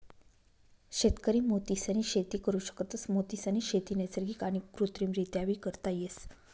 शेतकरी मोतीसनी शेती करु शकतस, मोतीसनी शेती नैसर्गिक आणि कृत्रिमरीत्याबी करता येस